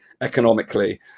economically